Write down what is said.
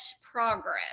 progress